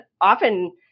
often